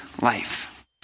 life